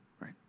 right